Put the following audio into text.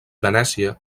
venècia